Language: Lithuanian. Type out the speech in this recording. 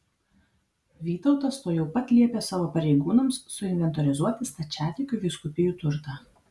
vytautas tuojau pat liepė savo pareigūnams suinventorizuoti stačiatikių vyskupijų turtą